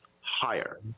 higher